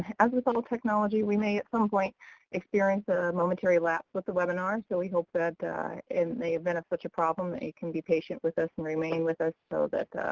as with all technology, we may at some point experience a momentary lapse with the webinar. so we hope that in the event of such a problem, you can be patient with us and remain with us so that